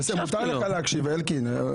זה מותר לך להקשיב, אלקין.